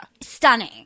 Stunning